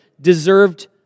deserved